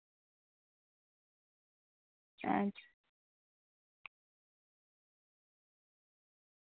ᱟᱪᱪᱷᱟ